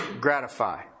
gratify